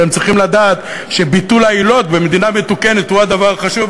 והם צריכים לדעת שביטול העילות במדינה מתוקנת הוא הדבר החשוב,